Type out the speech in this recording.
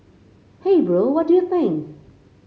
hey bro what do you think